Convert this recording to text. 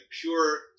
pure